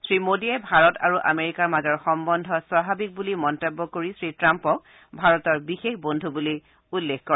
শ্ৰীমোদীয়ে ভাৰত আৰু আমেৰিকাৰ মাজৰ সম্বন্ধ স্বাভাৱিক বুলি মন্তব্য কৰি শ্ৰীট্ৰাম্পক ভাৰতৰ বিশেষ বন্ধু বুলি উল্লেখ কৰে